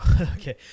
okay